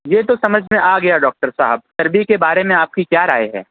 یہ تو سمجھ میں آ گیا ڈاکٹر صاحب پر بھی کے بارے میں آپ کی کیا رائے ہے